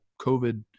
COVID